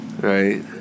Right